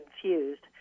confused